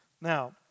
Now